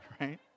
Right